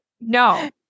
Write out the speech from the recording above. No